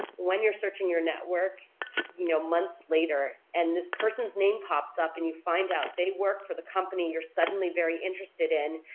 when you're searching your network you know months later and this person's name pops up and you find out they work for the company you're suddenly very interested in,